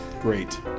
great